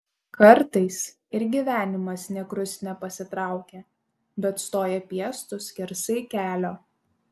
kartais ir gyvenimas nė krust nepasitraukia bet stoja piestu skersai kelio